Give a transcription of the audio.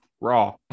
Raw